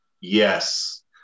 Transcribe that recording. Yes